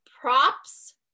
props